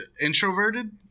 Introverted